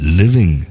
living